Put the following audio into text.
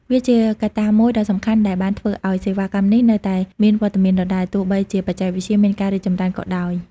វាជាកត្តាមួយដ៏សំខាន់ដែលបានធ្វើឱ្យសេវាកម្មនេះនៅតែមានវត្តមានដដែលទោះបីជាបច្ចេកវិទ្យាមានការរីកចម្រើនក៏ដោយ។